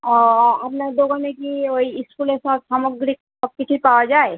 ও আপনার দোকানে কি ওই স্কুলের সব সামগ্রী সব কিছুই পাওয়া যায়